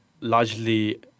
largely